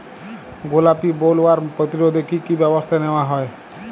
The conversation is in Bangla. গোলাপী বোলওয়ার্ম প্রতিরোধে কী কী ব্যবস্থা নেওয়া হয়?